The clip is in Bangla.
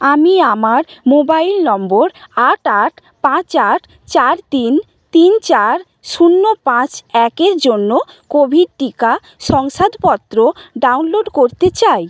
আমি আমার মোবাইল নম্বর আট আট পাঁচ আট চার তিন তিন চার শূন্য পাঁচ একের জন্য কোভিড টিকা শংসাপত্র ডাউনলোড করতে চাই